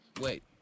wait